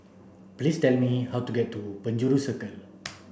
please tell me how to get to Penjuru Circle